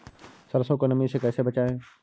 सरसो को नमी से कैसे बचाएं?